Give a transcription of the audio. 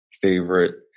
favorite